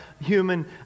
human